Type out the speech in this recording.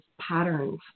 patterns